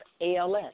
ALS